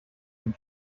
den